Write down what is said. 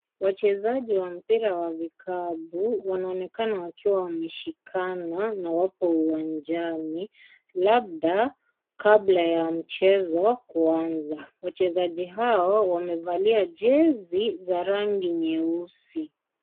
Wachezaji wa mpira wa vikapu wanaonekana wakiwa wameshikana na wapo uwanjani labda kabla ya mchezo kunza, wachezaji hawa wamevalia jersey za rangi nyeusi.